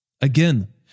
Again